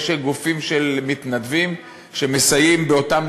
יש גופים של מתנדבים שמסייעים באותם,